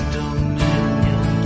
dominion